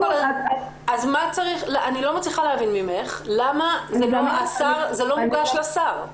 אני לא מצליחה להבין ממך למה זה לא מוגש לשר?